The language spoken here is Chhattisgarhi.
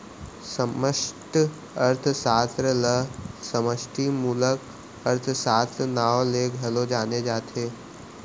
समस्टि अर्थसास्त्र ल समस्टि मूलक अर्थसास्त्र, नांव ले घलौ जाने जाथे